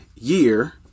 year